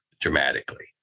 dramatically